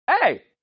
Hey